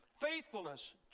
faithfulness